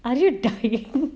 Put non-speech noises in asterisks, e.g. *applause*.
are you dying *laughs*